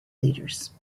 leaders